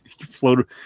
Float